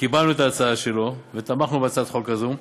וקיבלנו את ההצעה שלו, ותמכנו בהצעת חוק הזאת,